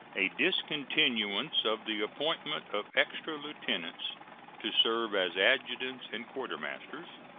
a discontinuance of the appointment of extra lieutenants to serve as adjutants and quartermasters